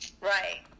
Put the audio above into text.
Right